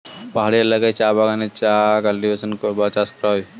পাহাড়ি এলাকায় চা বাগানে চা কাল্টিভেশন বা চাষ করা হয়